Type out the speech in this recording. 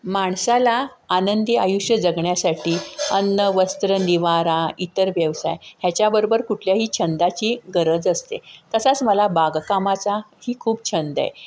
माणसाला आनंदी आयुष्य जगण्यासाठी अन्न वस्त्र निवारा इतर व्यवसाय ह्याच्याबरोबर कुठल्याही छंदाची गरज असते तसाच मला बागकामाचा ही खूप छंद आहे